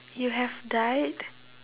you have died